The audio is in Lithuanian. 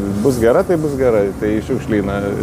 bus gera tai bus gera tai į šiukšlyną